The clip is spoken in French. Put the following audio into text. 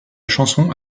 chanson